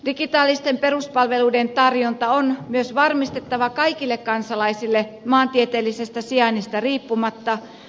digitaalisten peruspalveluiden tarjonta on myös varmistettava kaikille kansalaisille maantieteellisestä sijainnista riippumatta